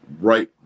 right